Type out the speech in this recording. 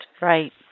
Right